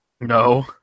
No